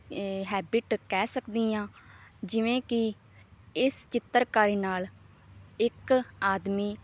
ਏ habit ਕਹਿ ਸਕਦੀ ਹਾਂ ਜਿਵੇਂ ਕਿ ਇਸ ਚਿੱਤਰਕਾਰੀ ਨਾਲ ਇੱਕ ਆਦਮੀ